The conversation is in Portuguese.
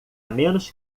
menos